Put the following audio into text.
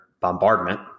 bombardment